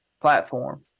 platform